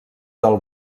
del